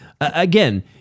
Again